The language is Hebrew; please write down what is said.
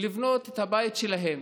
לבנות את הבית שלהם,